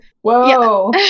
Whoa